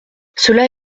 cela